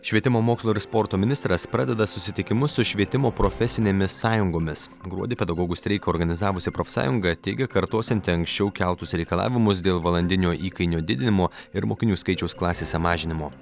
švietimo mokslo ir sporto ministras pradeda susitikimus su švietimo profesinėmis sąjungomis gruodį pedagogų streiką organizavusi profsąjunga teigia kartosianti anksčiau keltus reikalavimus dėl valandinio įkainio didinimo ir mokinių skaičiaus klasėse mažinimo